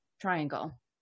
triangle